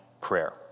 prayer